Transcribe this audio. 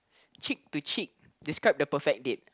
cheek to cheek describe the perfect date